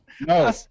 No